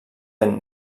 ben